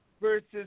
versus